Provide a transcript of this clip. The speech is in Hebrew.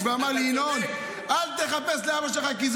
ואני אומר משניות לעילוי נשמתו -- אני מסכים איתך לחלוטין.